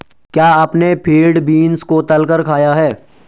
क्या आपने field beans को तलकर खाया है?